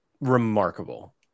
remarkable